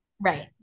right